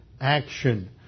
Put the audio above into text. action